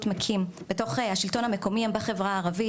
מקים בתוך השלטון המקומי הן בחברה הערבית,